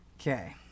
Okay